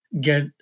get